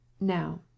Now